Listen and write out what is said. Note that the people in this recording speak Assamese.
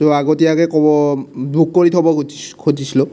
চ' আগতীয়াকৈ ক'ব বুক কৰি থব খুজিছিলোঁ